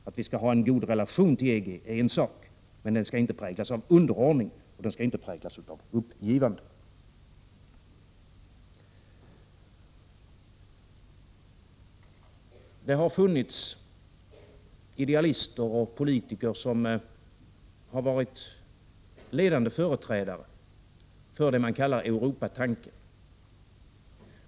Att vi skall ha en god relation till EG är en sak, men den skall inte präglas av underordning och av uppgivande. Det har funnits idealister och politiker som har varit ledande företrädare för det man kallar Europatanken.